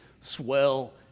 swell